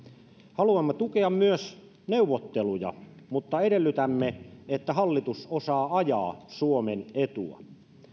haluamme tukea myös neuvotteluja mutta edellytämme että hallitus osaa ajaa suomen etua